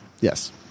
Yes